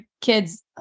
kids